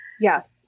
yes